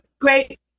great